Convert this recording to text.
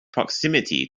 proximity